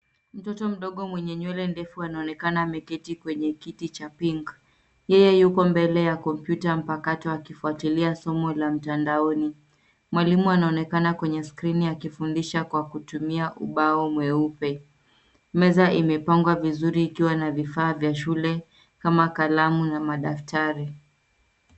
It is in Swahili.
Mtoto mdogo mwenye nywele ndefu anaonekana ameketi kwenye kiti cha pink . Yeye yuko mbele ya kompyuta mpakato akifuatilia somo la mtandaoni. Mwalimu anaonekana kwenye skrini akifundisha kwa kutumia ubao mweupe. Meza imepangwa vizuri ikiwa na vifaa vya shule kama kalamu na madaftari.